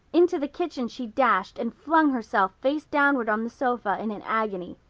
into the kitchen she dashed and flung herself face downward on the sofa in an agony.